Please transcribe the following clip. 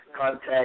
contact